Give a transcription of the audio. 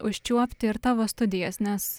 užčiuopti ir tavo studijas nes